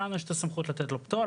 לנו יש את הסמכות לתת לו פטור.